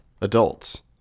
adults